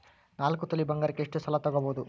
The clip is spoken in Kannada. ನಾಲ್ಕು ತೊಲಿ ಬಂಗಾರಕ್ಕೆ ಎಷ್ಟು ಸಾಲ ತಗಬೋದು?